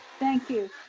thank you,